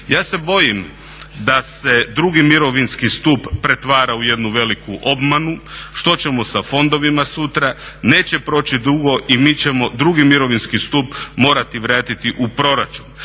Ja se bojim da se drugi mirovinski stup pretvara u jednu veliku obmanu, što ćemo sa fondovima sutra, neće proći dugo i mi ćemo drugi mirovinski stup morati vratiti u proračun.